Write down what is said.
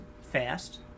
fast